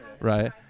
right